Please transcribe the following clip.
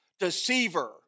Deceiver